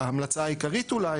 בהמלצה העיקרית אולי,